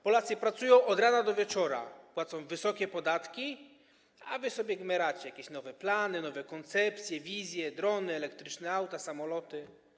Polacy pracują od rana do wieczora, płacą wysokie podatki, a wy sobie gmeracie - jakieś nowe plany, nowe koncepcje, wizje, drony, elektryczne auta, samoloty.